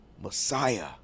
Messiah